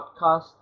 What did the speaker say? podcast